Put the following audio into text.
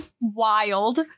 wild